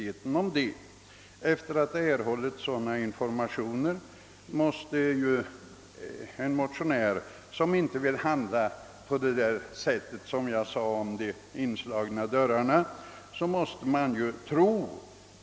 Efter att ha erhållit sådana informationer som jag gjort måste en motionär, som inte vill riskera att slå in öppna dörrar, tro på vad som sägs.